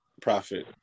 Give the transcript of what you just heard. profit